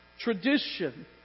tradition